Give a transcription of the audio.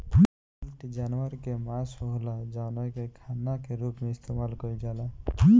meat जानवर के मांस होला जवना के खाना के रूप में इस्तेमाल कईल जाला